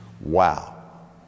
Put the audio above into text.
Wow